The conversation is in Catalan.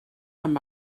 amb